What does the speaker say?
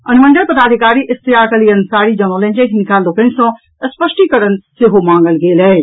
अनुमंडल पदाधिकारी इश्तियाक अली अंसारी जनौलनि जे हिनका लोकनि सॅ स्पष्टीकरण सेहो मांगल गेल अछि